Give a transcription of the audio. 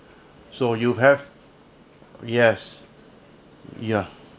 so you have yes ya